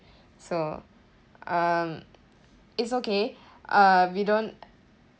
so um it's okay uh we don't